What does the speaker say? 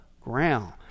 ground